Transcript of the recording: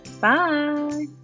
Bye